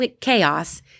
chaos